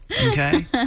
Okay